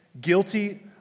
Guilty